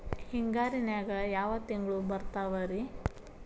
ಹಿಂಗಾರಿನ್ಯಾಗ ಯಾವ ತಿಂಗ್ಳು ಬರ್ತಾವ ರಿ?